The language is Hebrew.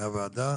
מהוועדה,